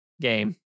game